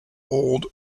old